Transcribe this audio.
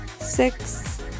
six